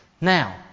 Now